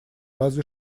разве